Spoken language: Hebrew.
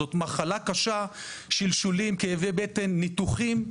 זאת מחלה קשה, שלשולים, כאבי בטן, ניתוחים.